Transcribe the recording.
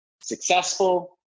Successful